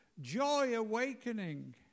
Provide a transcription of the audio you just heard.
joy-awakening